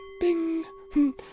bing